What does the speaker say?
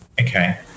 Okay